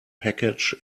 package